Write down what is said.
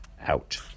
out